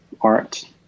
art